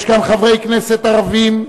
יש כאן חברי כנסת ערבים,